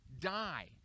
die